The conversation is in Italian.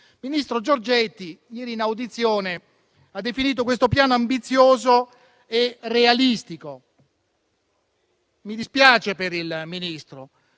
il ministro Giorgetti, ieri in audizione, ha definito questo Piano ambizioso e realistico. Mi dispiace per il Ministro,